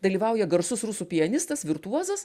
dalyvauja garsus rusų pianistas virtuozas